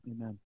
Amen